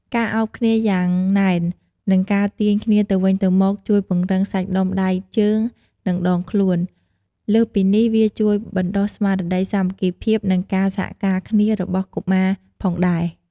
ការឱបគ្នាយ៉ាងណែន និងការទាញគ្នាទៅវិញទៅមក ជួយពង្រឹងសាច់ដុំដៃជើង និងដងខ្លួន លើសពីនេះវាជួយបណ្តុះស្មារតីសាមគ្គីភាព និងការសហការគ្នារបស់កុមារផងដែរ។